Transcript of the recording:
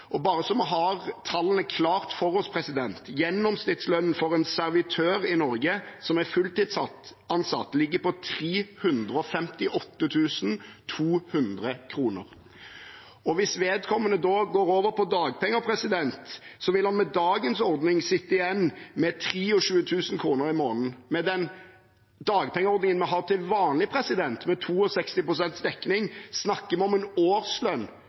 jul. Bare så vi har tallene klart for oss: Gjennomsnittslønnen for en servitør i Norge som er fulltidsansatt, ligger på 358 200 kr. Hvis vedkommende går over på dagpenger, vil han med dagens ordning sitte igjen med 23 000 kr i måneden. Med den dagpengeordningen vi har til vanlig, med 62 pst. dekning, snakker vi om en årslønn